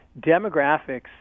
demographics